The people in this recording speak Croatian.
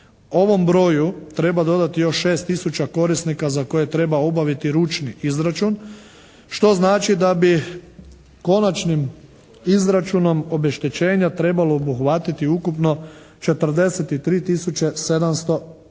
Ovom broju treba dodati još 6 tisuća korisnika za koje treba obaviti ručni izračun što znači da bi konačnim izračunom obeštećenja trebalo obuhvatiti ukupno 43 tisuće 781 korisnika